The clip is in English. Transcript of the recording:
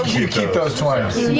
you keep those twenty